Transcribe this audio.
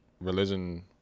religion